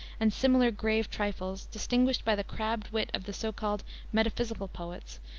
and similar grave trifles distinguished by the crabbed wit of the so-called metaphysical poets,